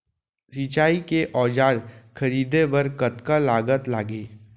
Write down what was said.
सिंचाई के औजार खरीदे बर कतका लागत लागही?